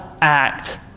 act